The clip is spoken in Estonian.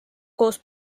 koos